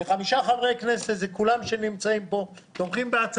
הצבעה בעד, 5 נגד, אין נמנעים, אין